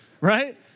right